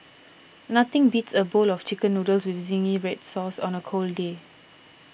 nothing beats a bowl of Chicken Noodles with Zingy Red Sauce on a cold day